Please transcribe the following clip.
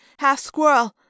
half-squirrel